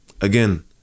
again